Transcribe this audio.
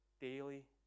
daily